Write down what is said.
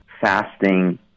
fasting